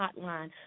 hotline